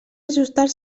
ajustar